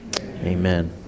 amen